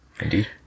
indeed